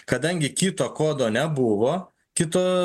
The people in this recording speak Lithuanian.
kadangi kito kodo nebuvo kito